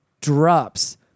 drops